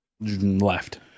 left